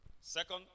Second